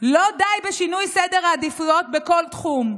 לא די בשינוי סדר העדיפויות בכל תחום.